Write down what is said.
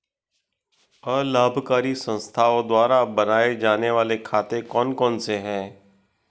अलाभकारी संस्थाओं द्वारा बनाए जाने वाले खाते कौन कौनसे हैं?